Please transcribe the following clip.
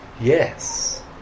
Yes